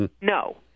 No